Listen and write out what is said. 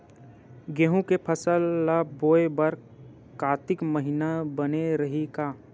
गेहूं के फसल ल बोय बर कातिक महिना बने रहि का?